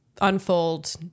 unfold